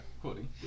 quoting